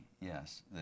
yes